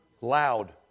loud